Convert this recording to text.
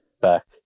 back